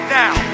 now